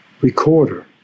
recorder